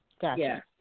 Gotcha